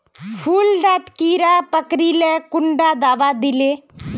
फुल डात कीड़ा पकरिले कुंडा दाबा दीले?